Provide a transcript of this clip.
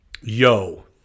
yo